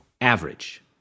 Average